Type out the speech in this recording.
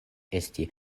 esti